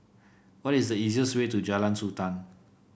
what is the easiest way to Jalan Sultan